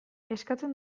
eskatzen